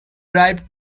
drive